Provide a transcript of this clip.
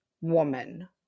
woman